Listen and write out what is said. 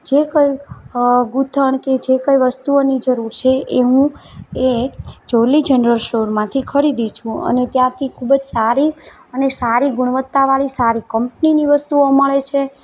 જે કંઈ અ ગુંથણ કે જે કંઈ વસ્તુઓની જરૂર છે એ હું એ જોલી જનરલ સ્ટોરમાંથી ખરીદું છું અને ત્યાંથી ખૂબ જ સારી અને સારી ગુણવત્તાવાળી સારી કંપનીની વસ્તુઓ મળે છે